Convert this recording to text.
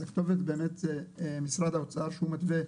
הכתובת היא באמת משרד האוצר שהוא מתווה.